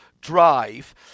drive